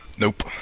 Nope